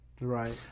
Right